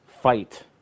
fight